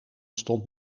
stond